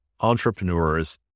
entrepreneurs